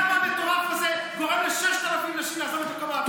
למה המטורף הזה גורם ל-6,000 נשים לעזוב את מקום העבודה שלהן?